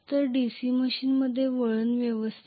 तर DC मशीनमध्ये वळण व्यवस्था